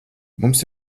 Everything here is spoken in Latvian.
mums